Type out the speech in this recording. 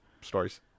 stories